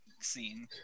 scene